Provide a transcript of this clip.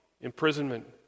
imprisonment